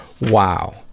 Wow